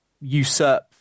usurp